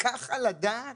ככה לדעת?